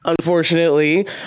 unfortunately